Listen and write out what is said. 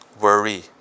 worry